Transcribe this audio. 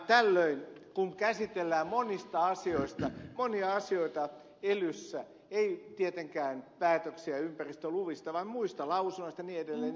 tällöin kun käsitellään monia asioita elyssä ei tietenkään päätöksiä ympäristöluvista vaan muista lausunnoista ja niin edelleen